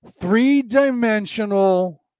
Three-dimensional